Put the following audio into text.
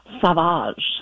Savage